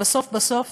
בסוף בסוף